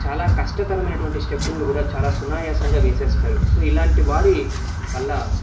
చాలా కష్టతరమైనటువంటి స్టెప్పులను కూడా చాలా సునాయాసంగా వేస్తారు సో ఇలాంటి వారి వల్ల